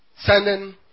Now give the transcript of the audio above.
Sending